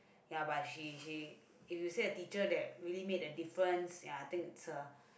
ya but she she if you said a teacher that really made a difference ya I think it's her